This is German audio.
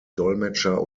dolmetscher